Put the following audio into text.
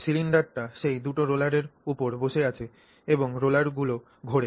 সিলিন্ডারটি সেই দুটি রোলারের উপর বসে আছে এবং রোলারগুলি ঘোরে